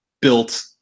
built